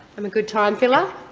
i'm a good time-filler!